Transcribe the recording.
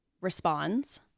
responds